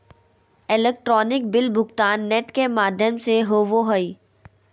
electronic bill भुगतान net के माघ्यम से होवो हइ